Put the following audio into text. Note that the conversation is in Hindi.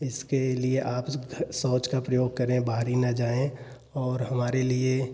इसके लिए आप शौच का प्रयोग करें बाहरी ना जाएँ और हमारे लिए